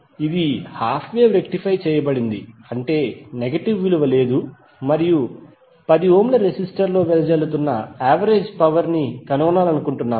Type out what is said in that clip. ఇది half wave rectify చేయబడింది అంటే నెగెటివ్ విలువ లేదు మరియు 10 ఓం ల రెసిస్టర్ లో ప్రవేశిస్తున్న యావరేజ్ పవర్ ని కనుగొనాలనుకుంటున్నాము